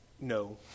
No